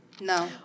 no